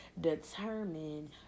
determine